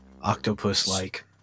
octopus-like